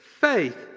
faith